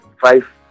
Five